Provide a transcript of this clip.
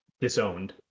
disowned